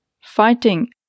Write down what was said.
Fighting